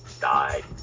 died